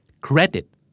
Credit